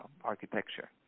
Architecture